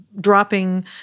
dropping